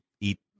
eat